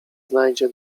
znajdzie